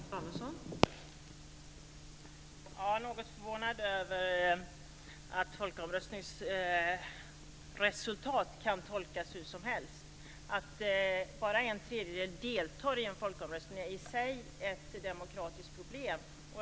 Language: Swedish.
Fru talman! Jag är något förvånad över att folkomröstningens resultat kan tolkas hur som helst. Att bara en tredjedel deltar i en folkomröstning är i sig ett demokratiskt problem.